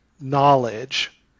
knowledge